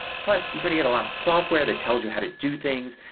plus you're going to get a lot of software that tells you how to do things,